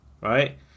right